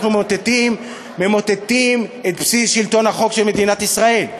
אנחנו ממוטטים את בסיס שלטון החוק של מדינת ישראל.